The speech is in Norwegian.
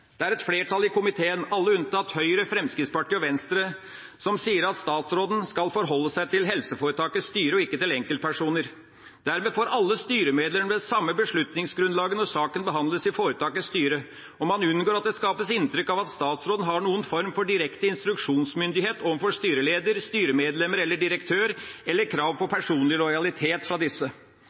Det er et flertall i komiteen, alle unntatt Høyre, Fremskrittspartiet og Venstre, som sier at statsråden skal forholde seg til helseforetakets styre og ikke til enkeltpersoner. Dermed får alle styremedlemmer det samme beslutningsgrunnlaget når saken behandles i foretakets styre, og man unngår at det skapes inntrykk av at statsråden har noen form for direkte instruksjonsmyndighet overfor styreleder, styremedlemmer eller direktør, eller krav på personlig lojalitet fra disse.